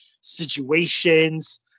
situations